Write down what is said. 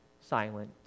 silent